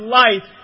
life